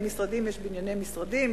למשרדים יש בנייני משרדים,